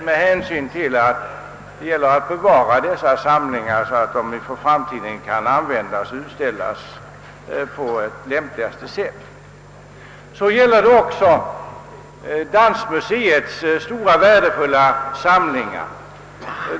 Det gäller ju att bevara samlingarna på ett sådant sätt att de kan användas och utställas i framtiden. Detta gäller också Dansmuseets stora värdefulla samlingar.